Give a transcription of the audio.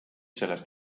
sellest